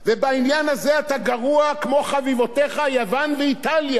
בעניין הזה אתה גרוע כמו חביבותיך יוון ואיטליה.